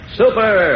super